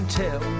tell